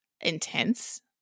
intense